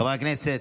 חברי הכנסת,